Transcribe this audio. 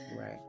Right